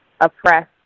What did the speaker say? oppressed